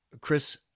Chris